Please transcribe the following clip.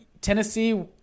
tennessee